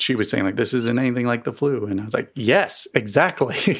she was saying, look, like this isn't anything like the flu. and like yes, exactly.